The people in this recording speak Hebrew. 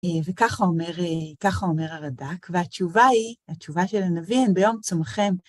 וכך אומר אה, ככה אומר הרד"ק, והתשובה היא, התשובה של הנביא ביום צומכם...